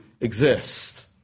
exist